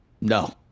no